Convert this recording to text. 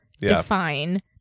define